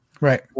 Right